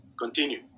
continue